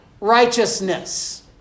righteousness